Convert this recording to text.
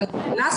אבל מבחינה חוקית,